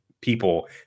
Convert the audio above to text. people